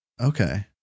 Okay